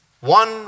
One